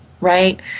right